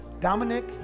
Dominic